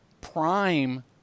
prime